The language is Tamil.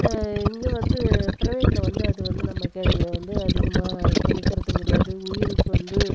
இங்கே வந்து பிரைவேட்டில் வந்து அது வந்து நமக்கு இது வந்து அதிகமாக கிடைக்கிறதும் கிடையாது உயிருக்கு வந்து